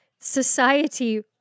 society